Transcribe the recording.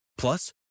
Plus